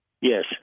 Yes